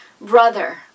Brother